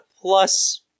plus